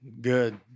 good